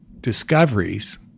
discoveries